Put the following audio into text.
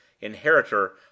inheritor